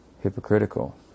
hypocritical